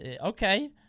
Okay